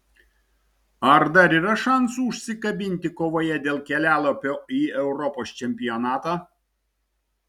ar dar yra šansų užsikabinti kovoje dėl kelialapio į europos čempionatą